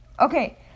okay